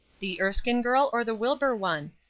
the erskine girl, or the wilbur one?